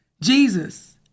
Jesus